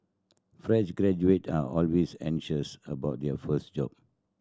fresh graduates are always anxious about their first job